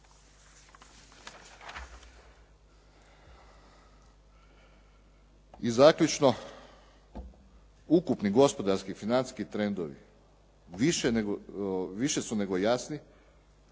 I zaključno, ukupni gospodarski financijski trendovi više su nego jasni,